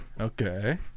Okay